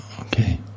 Okay